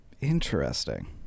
Interesting